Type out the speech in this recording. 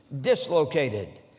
dislocated